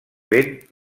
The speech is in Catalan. vent